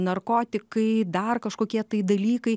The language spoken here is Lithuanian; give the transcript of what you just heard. narkotikai dar kažkokie tai dalykai